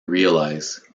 realize